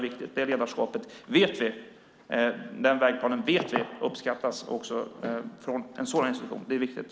Vi vet att den färdplanen uppskattas av en sådan institution.